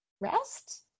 rest